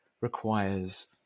requires